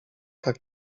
tak